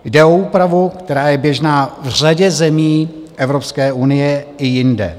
Jde o úpravu, která je běžná v řadě zemí Evropské unie i jinde.